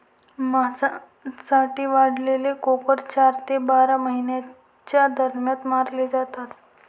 मांसासाठी वाढवलेले कोकरे चार ते बारा महिन्यांच्या दरम्यान मारले जातात